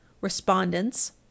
respondents